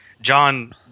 John